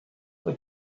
but